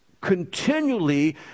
Continually